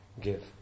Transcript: give